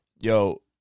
yo